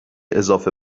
اضافه